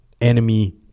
enemy